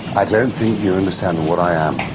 i don't think you understand what i am.